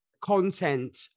content